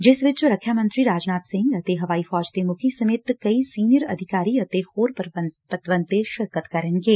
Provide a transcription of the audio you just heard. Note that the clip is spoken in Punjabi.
ਜਿਸ ਚ ਰੱਖਿਆ ਮੰਤਰੀ ਰਾਜਨਾਬ ਸਿੰਘ ਅਤੇ ਹਵਾਈ ਫੌਜ ਮੁੱਖੀ ਸਮੇਤ ਕਈ ਸੀਨੀਅਰ ਅਧਿਕਾਰੀ ਅਤੇ ਹੋਰ ਪਤਵੰਤੇ ਸ਼ਿਰਕਤ ਕਰਨਗੇ